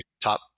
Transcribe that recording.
top